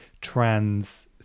trans